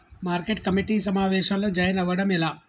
Market committee సమావేశంలో join అవ్వడం ఎలా?